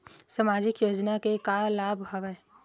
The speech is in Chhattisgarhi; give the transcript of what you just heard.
सामाजिक योजना के का का लाभ हवय?